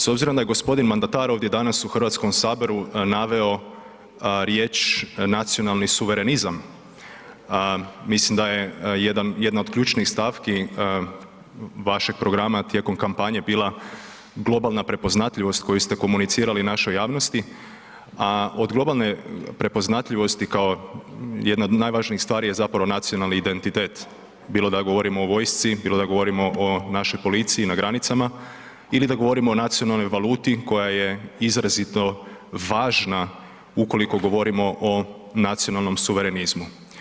S obzirom da je gospodin mandatar ovdje dana u Hrvatskom saboru naveo riječ nacionalni suverenizam, mislim da je jedna od ključnih stavki vašeg programa tijekom kampanje bila globalna prepoznatljivost koju ste komunicirali našoj javnosti, a od globalne prepoznatljivosti kao jedna od najvažnijih stvari je zapravo nacionalni identitet, bilo da govorimo o vojsci, bilo da govorimo o našoj policiji na granicama ili da govorimo o nacionalnoj valuti koja je izrazito važna ukoliko govorimo o nacionalnom suverenizmu.